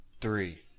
three